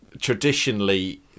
traditionally